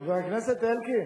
חבר הכנסת אלקין,